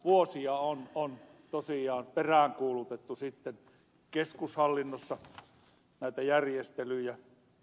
vuosia on tosiaan peräänkuulutettu sitten keskushallinnossa näitä järjestelyjä